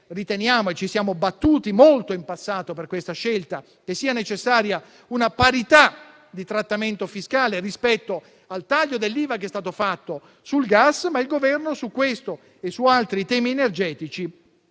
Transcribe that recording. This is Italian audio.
perché ci siamo battuti molto in passato per questa scelta e riteniamo sia necessaria una parità di trattamento fiscale, rispetto al taglio dell'IVA che è stato effettuato sul gas, ma il Governo su questo e su altri temi energetici